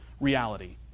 reality